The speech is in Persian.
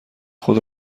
خود